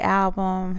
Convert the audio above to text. album